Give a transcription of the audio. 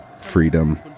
freedom